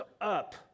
up